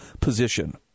position